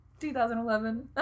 2011